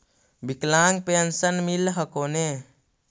विकलांग पेन्शन मिल हको ने?